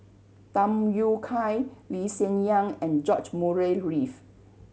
Tham Yui Kai Lee Hsien Yang and George Murray Reith